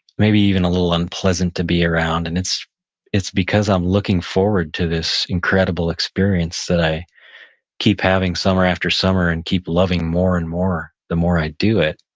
maybe even a little unpleasant to be around, and it's it's because i'm looking forward to this incredible experience that i keep having summer after summer and keep loving more and more the more i do it